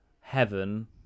heaven